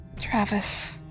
Travis